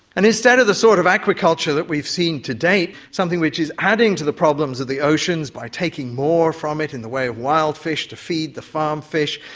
and instead of the sort of aquaculture that we've seen to date, something which is adding to the problems of the oceans by taking more from it in the way of wild fish to feed the farm fish,